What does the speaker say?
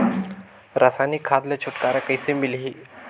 रसायनिक खाद ले छुटकारा कइसे मिलही?